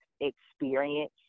experience